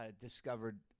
Discovered